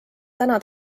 täna